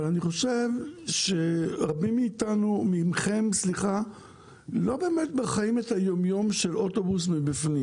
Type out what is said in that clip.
אבל אני חושב שרבים מכם לא באמת חיים את היום-יום של אוטובוס מבפנים.